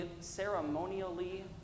ceremonially